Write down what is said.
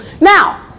Now